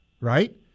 right